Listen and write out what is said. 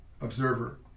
observer